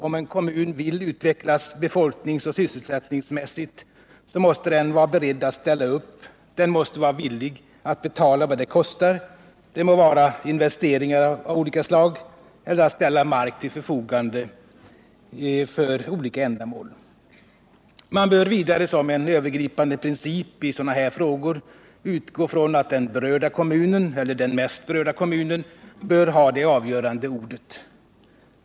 Om en kommun vill utvecklas befolkningsoch sysselsättningsmässigt, så måste den vara beredd att ställa upp, den måste vara villig att betala vad det kostar — det må vara investeringar av olika slag eller att ställa mark till förfogande för olika ändamål. Man bör vidare som en övergripande princip i sådana här frågor utgå från att den berörda kommunen — eller den mest berörda kommunen — bör ha det avgörande ordet.